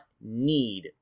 need